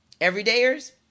Everydayers